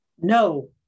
No